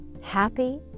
Happy